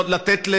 לתת,